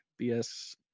BS